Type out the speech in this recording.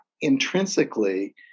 intrinsically